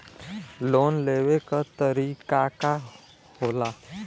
Loan लेवे क तरीकाका होला?